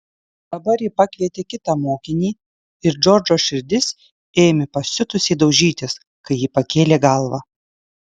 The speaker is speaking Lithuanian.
dabar ji pakvietė kitą mokinį ir džordžo širdis ėmė pasiutusiai daužytis kai ji pakėlė galvą